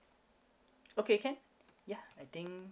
okay can yeah I think